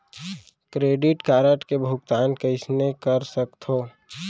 Credit card के भुगतान कइसने कर सकथो?